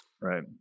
right